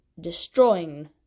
destroying